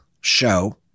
show